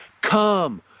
Come